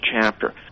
chapter